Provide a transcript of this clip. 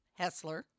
Hessler